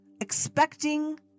Expecting